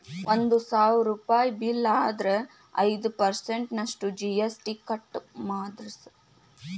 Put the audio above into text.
ಒಂದ್ ಸಾವ್ರುಪಯಿ ಬಿಲ್ಲ್ ಆದ್ರ ಐದ್ ಪರ್ಸನ್ಟ್ ನಷ್ಟು ಜಿ.ಎಸ್.ಟಿ ಕಟ್ ಮಾದ್ರ್ಸ್